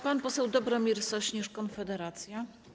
Pan poseł Dobromir Sośnierz, Konfederacja.